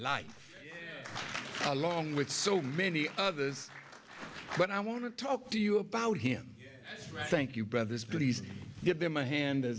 life along with so many others but i want to talk to you about him thank you brothers please give him a hand